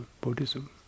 Buddhism